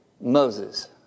Moses